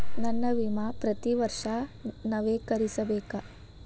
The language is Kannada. ನನ್ನ ವಿಮಾ ಪ್ರತಿ ವರ್ಷಾ ನವೇಕರಿಸಬೇಕಾ?